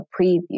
preview